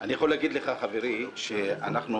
אני יכול להגיד לך, חברי, בוועדת